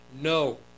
No